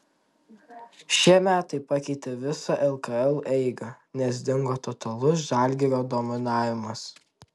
šie metai pakeitė visą lkl eigą nes dingo totalus žalgirio dominavimas